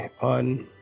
on